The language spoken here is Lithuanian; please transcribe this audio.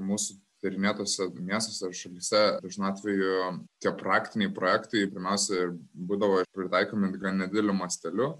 mūsų tyrinėtuose miestuose ar šalyse dažnu atveju tie praktiniai projektai pirmiausiai būdavo pritaikomi gana nedideliu masteliu